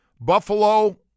Buffalo –